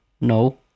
no